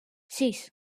sis